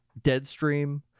Deadstream